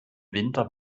winter